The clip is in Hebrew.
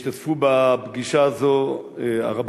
השתתפו בפגישה הזאת הרב